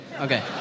okay